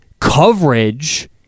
coverage